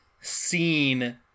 scene